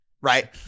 right